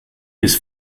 his